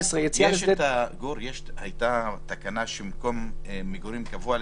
הייתה עושה איפה ואיפה ומקשיבה למומחים,